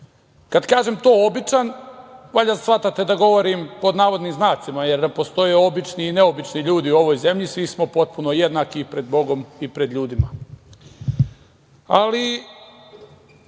Kada kažem to običan, valjda shvatate da govorim pod navodnim znacima, jer da postoje obični i neobični ljudi u ovoj zemlji. Svi smo potpuno jednaki i pred Bogom i pred ljudima. Dok